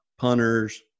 punters